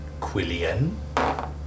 Quillian